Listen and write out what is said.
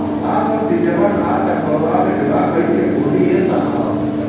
आवर्ती जमा खाता खोलवावे के बा कईसे खुली ए साहब?